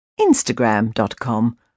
instagram.com